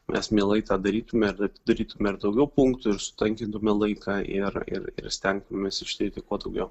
mes mielai tą darytume ir atidarytume ir daugiau punktų ir sutankintume laiką ir ir ir stengtumėmės ištirti kuo daugiau